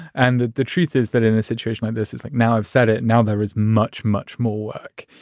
and the the truth is that in a situation like this is like now i've said it now there is much, much more work.